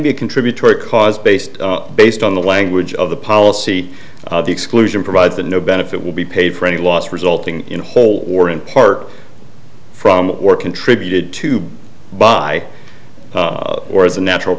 be a contributory cause based based on the language of the policy the exclusion provides that no benefit will be paid for any loss resulting in whole or in park from or contributed to by or as a natural